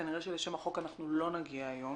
כנראה שלשם החוק אנחנו לא נגיע היום.